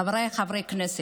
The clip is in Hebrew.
חבריי חברי הכנסת,